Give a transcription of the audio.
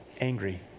angry